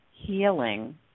healing